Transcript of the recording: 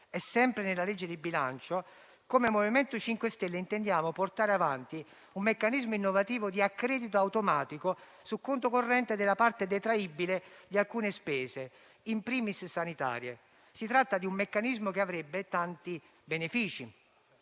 sempre nella legge di bilancio, come MoVimento 5 Stelle intendiamo portare avanti un meccanismo innovativo di accredito automatico su conto corrente della parte detraibile di alcune spese, *in primis* sanitarie. Si tratta di un meccanismo che avrebbe tanti benefici.